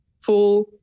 full